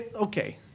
Okay